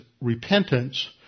repentance